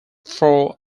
thor